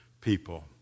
people